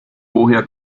woher